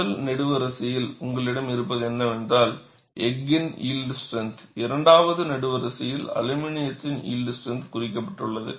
முதல் நெடுவரிசையில் உங்களிடம் இருப்பது என்னவென்றால் எஃகின் யில்ட் ஸ்ட்ரெந்த் இரண்டாவது நெடுவரிசையில் அலுமினியத்தின் யில்ட் ஸ்ட்ரெந்த் குறிக்கப்பட்டுள்ளது